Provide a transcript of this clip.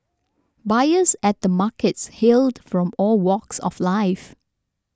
buyers at the markets hailed from all walks of life